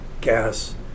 gas